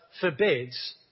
forbids